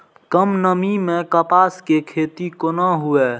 कम नमी मैं कपास के खेती कोना हुऐ?